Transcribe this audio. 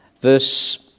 Verse